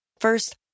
First